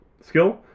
skill